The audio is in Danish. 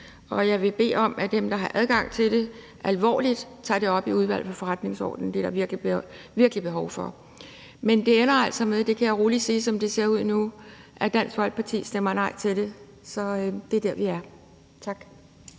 og jeg vil bede om, at dem, som har adgang til det, tager det alvorligt op i Udvalget for Forretningsordenen. Det er der virkelig behov for. Men det ender altså med – kan jeg roligt sige, som det ser ud nu – at